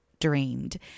dreamed